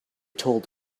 told